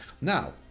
now